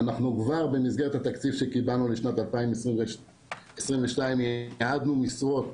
אנחנו כבר במסגרת התקציב שקיבלנו לשנת 2022 ייעדנו משרות